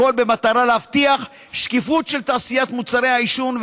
הכול במטרה להבטיח שקיפות של תעשיית מוצרי העישון,